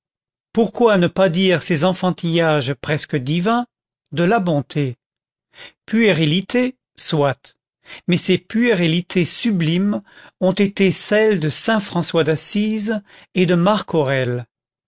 pourquoi ne pas dire ces enfantillages presque divins de la bonté puérilités soit mais ces puérilités sublimes ont été celles de saint françois d'assise et de